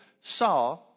saw